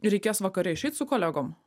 reikės vakare išeit su kolegom